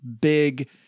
big